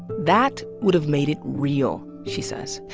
that would have made it real, she says.